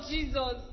Jesus